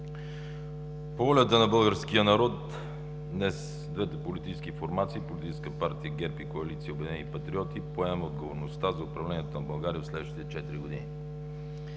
По волята на българския народ днес двете политически формации – Политическа партия ГЕРБ и коалиция „Обединени патриоти“, поемаме отговорността за управлението на България в следващите четири години.